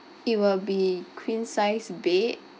it will be queen size bed